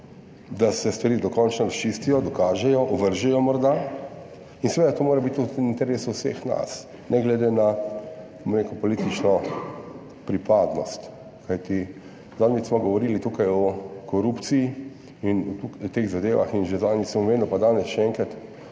da se stvari dokončno razčistijo, dokažejo, ovržejo, morda. In seveda, to mora biti tudi v interesu vseh nas ne glede na politično pripadnost. Zadnjič smo govorili tukaj o korupciji in o teh zadevah, že zadnjič sem omenil, pa danes še enkrat,